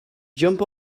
jump